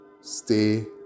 stay